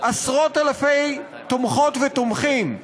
עשרות-אלפי תומכות ותומכים,